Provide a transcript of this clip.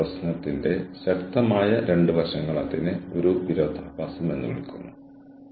കൂടാതെ എല്ലാവർക്കും ഒരു സെൽ ഫോൺ ഉണ്ട് അതിനാൽ ലോകമെമ്പാടുമുള്ള ആളുകളുമായി ബന്ധം നിലനിർത്തുന്നത് വളരെ എളുപ്പമാണ്